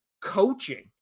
coaching